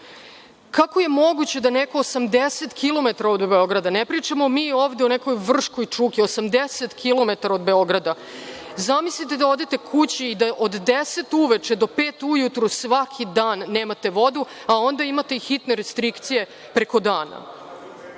Kako je moguće da neko 80 kilometara od Beograda, ne pričamo mi ovde o nekoj Vrškoj čuki, 80 kilometara od Beograda? Zamislite da odete kući i da od deset uveče do pet ujutru svaki dan nemate vodu, a onda imate hitne restrikcije preko dana?